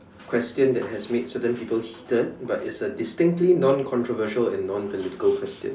question that has made certain people stunned but it's a distinctly noncontroversial and non dialectical question